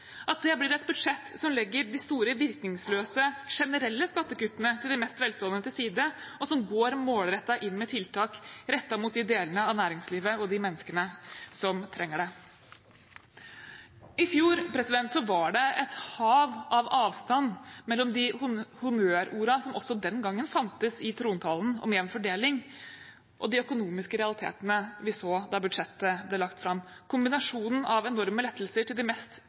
at det blir et budsjett som legger de store virkningsløse, generelle skattekuttene til de mest velstående til side, og som går målrettet inn med tiltak rettet mot de delene av næringslivet og de menneskene som trenger det. I fjor var det et hav av avstand mellom de honnørordene som også den gangen fantes i trontalen om jevn fordeling og de økonomiske realitetene vi så da budsjettet ble lagt fram. Kombinasjonen av enorme lettelser til de mest